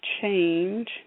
change